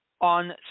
On